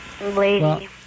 lady